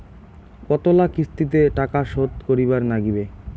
কতোলা কিস্তিতে টাকা শোধ করিবার নাগীবে?